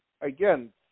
again